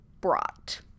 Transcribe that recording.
brought